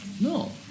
No